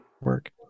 work